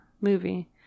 movie